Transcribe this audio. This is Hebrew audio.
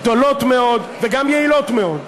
גדולות מאוד וגם יעילות מאוד.